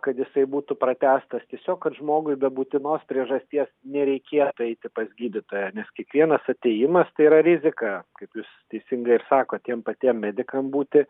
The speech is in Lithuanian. kad jisai būtų pratęstas tiesiog kad žmogui be būtinos priežasties nereikėtų eiti pas gydytoją nes kiekvienas atėjimas tai yra rizika kaip jūs teisingai ir sakot tiem patiem medikam būti